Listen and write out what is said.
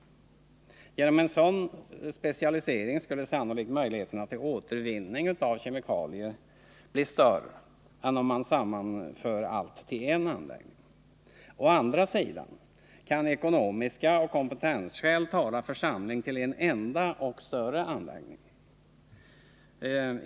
Genom en sådan specialisering skulle sannolikt möjligheterna till återvinning av kemikalier bli större än om man sammanför allt till en anläggning. Å andra sidan kan ekonomiska skäl och kompetensskäl tala för samling till en enda och större anläggning.